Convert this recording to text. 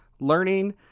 Learning